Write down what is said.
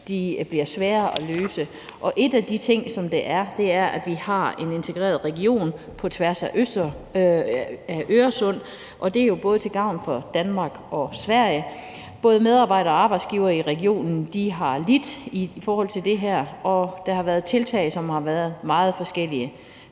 bliver sværere at løse. En af de ting, der er, er, at vi har en integreret region på tværs af Øresund, og det er jo både til gavn for Danmark og Sverige, og både medarbejdere og arbejdsgivere i regionen har lidt i forhold til det her, og der har været tiltag, som har været meget forskellige.